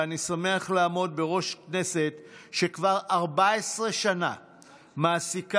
ואני שמח לעמוד בראש כנסת שכבר 14 שנה מעסיקה